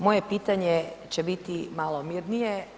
Moje pitanje će biti malo mirnije.